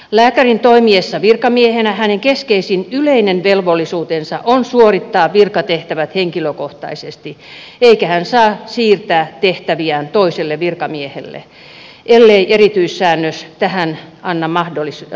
lääkärin toimiessa virkamiehenä hänen keskeisin yleinen velvollisuutensa on suorittaa virkatehtävät henkilökohtaisesti eikä hän saa siirtää tehtäviään toiselle virkamiehelle ellei erityissäännös tähän anna mahdollisuutta